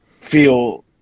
feel